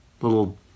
little